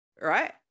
Right